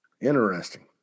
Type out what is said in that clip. Interesting